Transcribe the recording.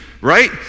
Right